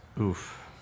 Oof